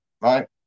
right